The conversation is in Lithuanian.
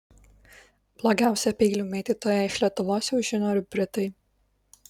blogiausią peilių mėtytoją iš lietuvos jau žino ir britai